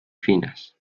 finas